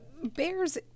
Bears